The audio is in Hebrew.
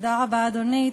תודה רבה, אדוני.